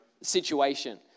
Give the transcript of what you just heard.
situation